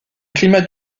climat